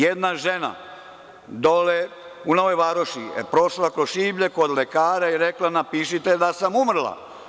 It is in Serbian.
Jedna žena dole u Novoj Varoši je prošla kroz šiblje, kod lekara i rekla napišite da sam umrla.